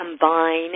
combine